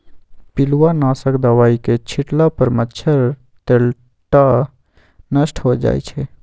पिलुआ नाशक दवाई के छिट्ला पर मच्छर, तेलट्टा नष्ट हो जाइ छइ